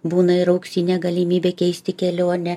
būna ir auksinė galimybė keisti kelionę